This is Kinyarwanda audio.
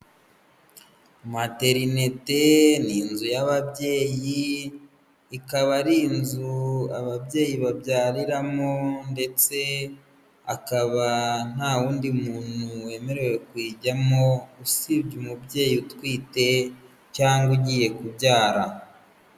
Materinete ni inzu y'ababyeyi, ikaba ari inzu ababyeyi babyariramo ndetse akaba nta wundi muntu wemerewe kuyijyamo usibye umubyeyi utwite cyangwa ugiye kubyara.